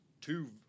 two